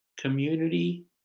community